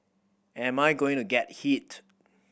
am I going to get hit